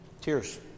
Tears